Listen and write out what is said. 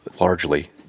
largely